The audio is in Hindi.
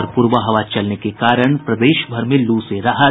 और पूरबा हवा चलने के कारण प्रदेशभर में लू से राहत